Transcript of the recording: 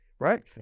right